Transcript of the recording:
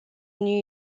new